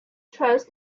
trust